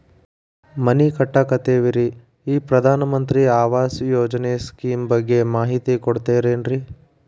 ಮನಿ ಕಟ್ಟಕತೇವಿ ರಿ ಈ ಪ್ರಧಾನ ಮಂತ್ರಿ ಆವಾಸ್ ಯೋಜನೆ ಸ್ಕೇಮ್ ಬಗ್ಗೆ ಮಾಹಿತಿ ಕೊಡ್ತೇರೆನ್ರಿ?